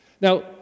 Now